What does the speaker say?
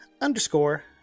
underscore